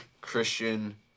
Christian